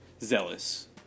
zealous